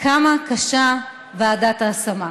כמה קשה ועדת ההשמה.